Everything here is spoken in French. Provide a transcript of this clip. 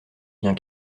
vient